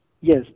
Yes